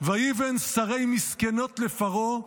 וַיִּבֶן ערי מסכנות לְפַרעה,